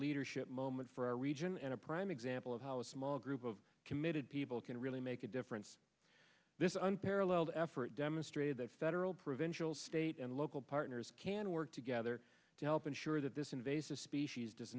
leadership moment for our region and a prime example of how a small group of committed people can really make a difference this unparalleled effort demonstrated that federal provincial state and local partners can work together to help ensure that this invasive species does